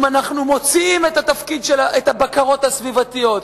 אם אנחנו מוציאים את הבקרות הסביבתיות,